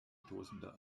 tosender